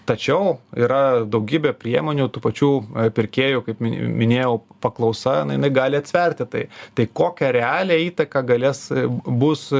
tačiau yra daugybė priemonių tų pačių pirkėjų kaip minėjau paklausa na jinai gali atsverti tai tai kokią realią įtaką galės bus